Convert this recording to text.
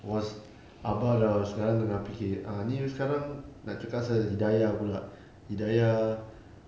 was abah sudah sekarang tengah fikir ah ini sekarang nak cakap pasal hidayah pula hidayah